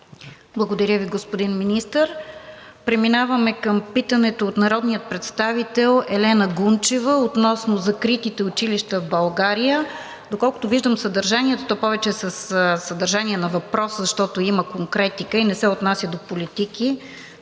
Благодаря Ви, господин Министър. Преминаваме към питането от народния представител Елена Гунчева относно закритите училища в България. Доколкото виждам съдържанието – то повече е със съдържание на въпрос, защото има конкретиката и не се отнася до политики,